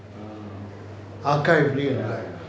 ah ya ya